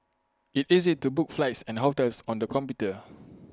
IT easy to book flights and hotels on the computer